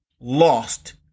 lost